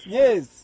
yes